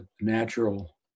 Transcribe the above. natural